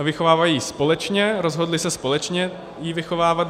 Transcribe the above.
Vychovávají ji společně, rozhodly se společně ji vychovávat.